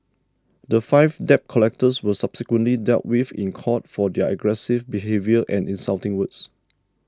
the five debt collectors were subsequently dealt with in court for their aggressive behaviour and insulting words